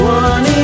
one